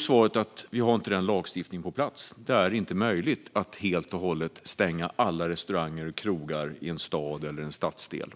Svaret är att vi inte har den lagstiftningen på plats. Det är inte möjligt att helt och hållet stänga alla restauranger och krogar i en stad eller en stadsdel.